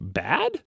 bad